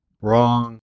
Wrong